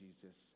Jesus